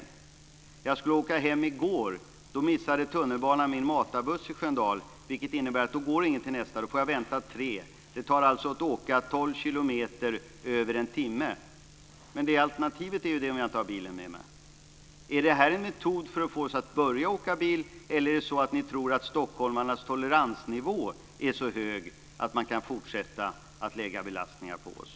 När jag skulle åka hem i går missade tunnelbanan min matarbuss i Sköndal. I anslutning till nästa tunnelbanetåg går ingen buss, vilket innebar att jag fick invänta tre tåg. Det tar alltså över en timme att åka tolv kilometer. Det är alternativet om jag inte har bilen med mig. Är det här en metod för att få oss att börja åka bil, eller tror ni att stockholmarnas toleransnivå är så hög att man kan fortsätta att lägga belastningar på oss?